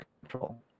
control